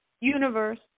universe